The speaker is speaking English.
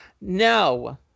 no